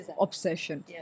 obsession